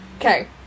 Okay